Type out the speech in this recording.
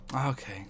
Okay